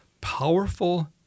powerful